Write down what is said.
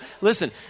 listen